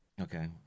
Okay